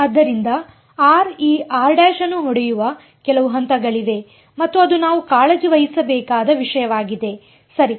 ಆದ್ದರಿಂದ r ಈ ಅನ್ನು ಹೊಡೆಯುವ ಕೆಲವು ಹಂತಗಳಿವೆ ಮತ್ತು ಅದು ನಾವು ಕಾಳಜಿ ವಹಿಸಬೇಕಾದ ವಿಷಯವಾಗಿದೆ ಸರಿ